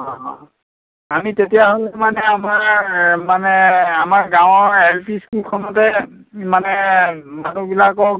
অঁ আমি তেতিয়াহ'লে মানে আমাৰ মানে আমাৰ গাঁৱৰ এল পি স্কুলখনতে মানে মানুহবিলাকক